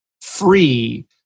free